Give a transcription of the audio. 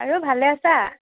আৰু ভালে আছা